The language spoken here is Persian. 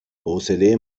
حوصله